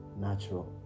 natural